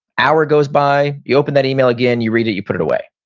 hour goes by, you open that email again, you read it, you put it away.